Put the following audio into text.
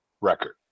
record